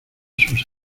sus